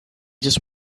just